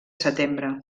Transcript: setembre